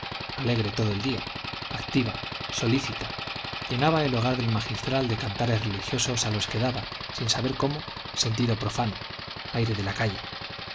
alegre todo el día activa solícita llenaba el hogar del magistral de cantares religiosos a los que daba sin saber cómo sentido profano aire de la calle